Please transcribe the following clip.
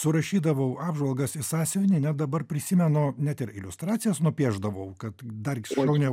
surašydavau apžvalgas į sąsiuvinį net dabar prisimenu net ir iliustracijas nupiešdavau kad dar šauniau